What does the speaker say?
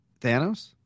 Thanos